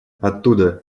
оттуда